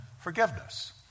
forgiveness